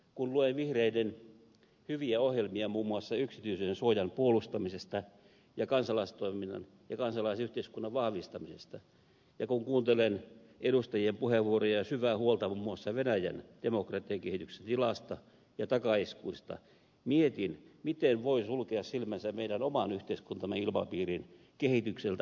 kun luen vihreiden hyviä ohjelmia muun muassa yksityisyyden suojan puolustamisesta ja kansalaistoiminnan ja kansalaisyhteiskunnan vahvistamisesta ja kun kuuntelen edustajien puheenvuoroja ja syvää huolta muun muassa venäjän demokratiakehityksen tilasta ja takaiskuista mietin miten voi sulkea silmänsä meidän oman yhteiskuntamme ilmapiirin kehitykseltä huonompaan suuntaan